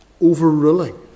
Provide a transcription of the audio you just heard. overruling